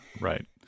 right